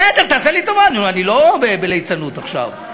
בסדר, תעשה לי טובה, אני לא בליצנות עכשיו.